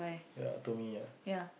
ya told me ah